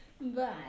Bye